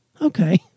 okay